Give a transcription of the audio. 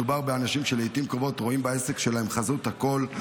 מדובר באנשים שלעיתים קרובות רואים בעסק שלהם חזות הכול,